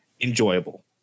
enjoyable